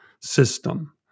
system